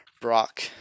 Brock